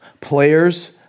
Players